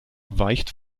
weicht